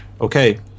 okay